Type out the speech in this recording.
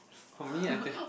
for me I think